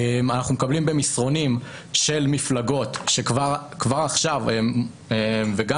אנחנו מקבלים מסרונים של מפלגות שכבר עכשיו וגם